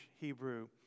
Hebrew